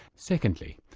secondly,